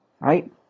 Right